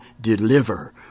deliver